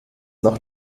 noch